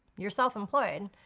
you're self-employed.